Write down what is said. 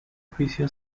oficio